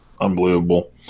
Unbelievable